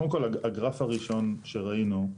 קודם כל הגרף הראשון שראינו,